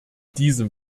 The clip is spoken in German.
diesem